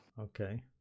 Okay